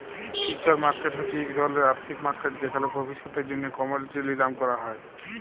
future market হছে ইক ধরলের আথ্থিক মার্কেট যেখালে ভবিষ্যতের জ্যনহে কমডিটি লিলাম ক্যরা হ্যয়